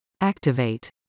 Activate